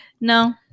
No